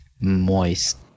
moist